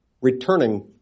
returning